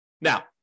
Now